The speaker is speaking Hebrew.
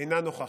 אינה נוכחת,